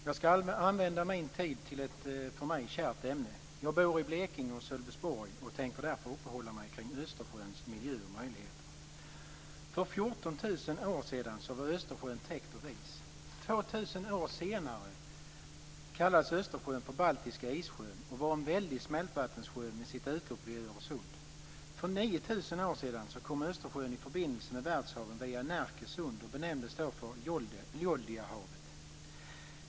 Fru talman! Jag ska använda min tid till ett för mig kärt ämne. Jag bor i Blekinge och Sölvesborg och tänker därför uppehålla mig kring Östersjöns miljö och möjligheter. För 14 000 år sedan var Östersjön täckt av is. 2 000 år senare kallades Östersjön för Baltiska issjön och var en väldig smältvattensjö med sitt utlopp vid Öresund. För 9 000 år sedan kom Östersjön i förbindelse med världshaven via Närkesund och benämndes då Yoldiahavet.